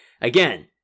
Again